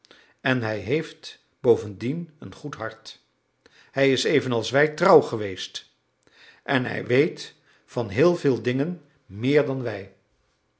en hij heeft bovendien een goed hart hij is evenals wij trouw geweest en hij weet van heel veel dingen meer dan wij